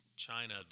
China